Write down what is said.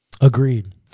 Agreed